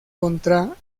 contra